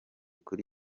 kuri